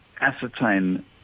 ascertain